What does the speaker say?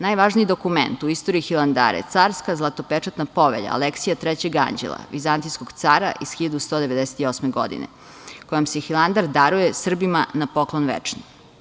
Najvažniji dokument u istoriji Hilandara je Carska zlatopečatna povelja Aleksija III Anđela, vizantijskog cara iz 1198. godine, kojom se Hilandar daruje Srbima na poklon večno.